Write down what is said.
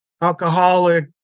alcoholic